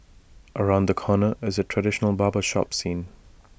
around the corner is A traditional barber shop scene